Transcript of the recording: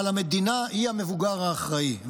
אבל המדינה היא המבוגר האחראי,